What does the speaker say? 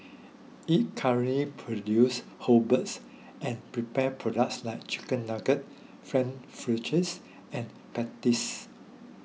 it current produces whole birds and prepared products like Chicken Nuggets Frankfurters and patties